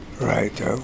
Right